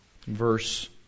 verse